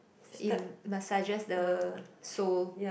massages the sole